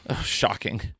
Shocking